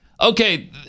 Okay